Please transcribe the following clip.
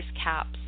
caps